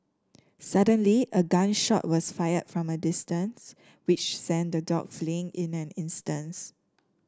suddenly a gun shot was fired from a distance which sent the dogs fleeing in an instant